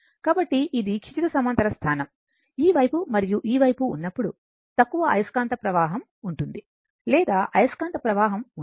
కాబట్టి ఇది క్షితిజ సమాంతర స్థానం ఈ వైపు మరియు ఈ వైపు ఉన్నప్పుడు తక్కువ అయస్కాంత ప్రవాహం ఉంటుంది లేదా అయస్కాంత ప్రవాహం ఉండదు